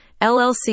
LLC